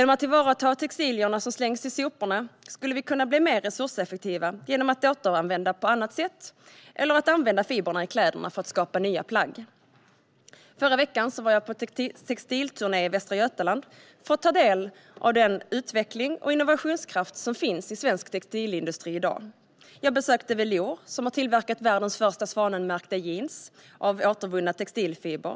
Om vi tillvaratar textilierna som slängs i soporna skulle vi kunna bli mer resurseffektiva genom att återanvända på annat sätt eller använda fibrerna i kläderna för att skapa nya plagg. Förra veckan var jag på textilturné i Västra Götaland för att ta del av den utveckling och innovationskraft som finns i svensk textilindustri i dag. Jag besökte Velour som har tillverkat världens första svanmärkta jeans av återvunna textilfiber.